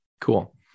Cool